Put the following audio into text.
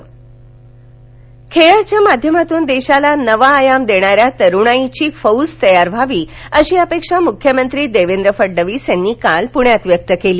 मुख्यमंत्री खेळाच्या माध्यमातून देशाला नवा आयाम देणाऱ्या तरुणाईची फौज तयार व्हावी अशी अपेक्षा मुख्यमंत्री देवेंद्र फडणवीस यांनी पुण्यात व्यक्त केली